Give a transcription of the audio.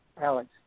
Alex